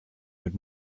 mit